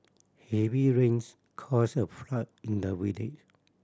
heavy rains caused a flood in the village